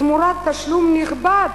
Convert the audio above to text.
תמורת תשלום נכבד,